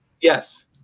Yes